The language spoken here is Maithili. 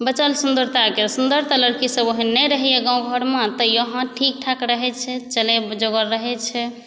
बचल सुन्दरताके सुन्दर तऽ लड़कीसभ ओहन नहि रहैए गाम घरमे तैयो हँ ठीक ठाक रहै छै चलै जोगर रहै छै